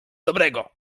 dobrego